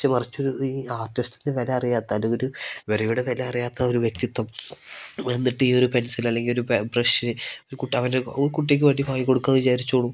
പക്ഷെ മറിച്ചൊരു ഈ ആർട്ടിസ്റ്റിൻ്റെ വില അറിയാത്ത അല്ലെങ്കിൽ ഒരു ഇവരവിടെ വില അറിയാത്ത ഒരു വ്യക്തിത്വം വന്നിട്ട് ഈ ഒരു പെൻസിൽ അല്ലെങ്കിൽ ഒരു ബ്രഷ് ഒരു കുട്ടിക്ക് വേണ്ടി വാങ്ങി കൊടുക്കുകയാണെന്ന് വിചാരിച്ചോളൂ